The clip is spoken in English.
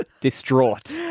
distraught